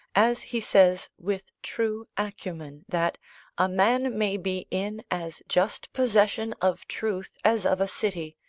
as he says with true acumen, that a man may be in as just possession of truth as of a city,